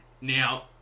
Now